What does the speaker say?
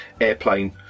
airplane